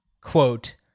quote